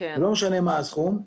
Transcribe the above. לא משנה מה הסכום,